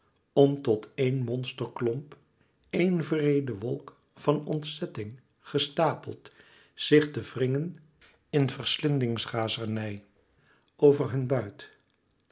om tot éen monsterklomp éen wreede wolk van ontzetting gestapeld zich te wringen in verslindingsrazernij over hun buit